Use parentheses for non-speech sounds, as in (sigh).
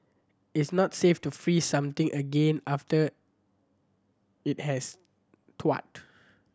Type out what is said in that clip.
it's not safe to freeze something again after it has (unintelligible)